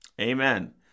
Amen